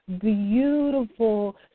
beautiful